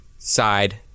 side